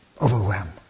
overwhelmed